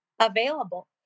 available